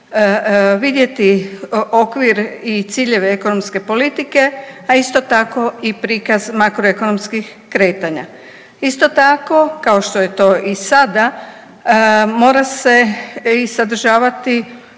vidjeti okvir i ciljeve ekonomske politike, a isto tako i prikaz makroekonomskih kretanja. Isto tako kao što je to i sada mora se i sadržavati